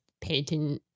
painting